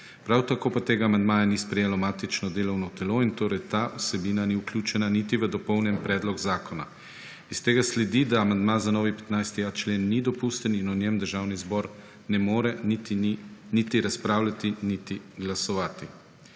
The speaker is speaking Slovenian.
Prav tako pa tega amandmaja ni sprejelo matično delovno telo in torej ta vsebina ni vključena niti v dopolnjen predlog zakona. Iz tega sledi, da amandma za novi 15.a člen ni dopusten in o njem Državni zbor ne more niti razpravljati niti glasovati.